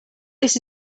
this